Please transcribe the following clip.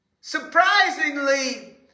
Surprisingly